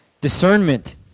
discernment